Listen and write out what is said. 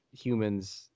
humans